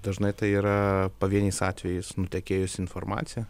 dažnai tai yra pavieniais atvejais nutekėjusi informacija